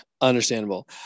Understandable